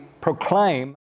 proclaim